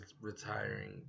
retiring